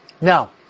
Now